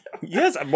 Yes